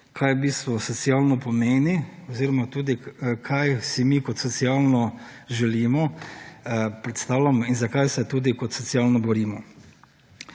kaj v bistvu socialno pomeni oziroma kaj si mi kot socialno želimo, predstavljamo in zakaj se tudi kot socialno borimo.